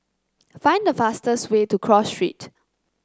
find the fastest way to Cross Street